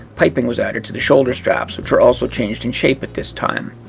piping was added to the shoulder straps which were also changed in shape at this time.